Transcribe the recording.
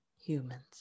humans